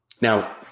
Now